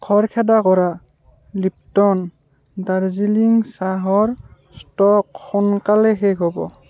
খৰখেদা কৰা লিপট'ন দাৰ্জিলিং চাহৰ ষ্ট'ক সোনকালেই শেষ হ'ব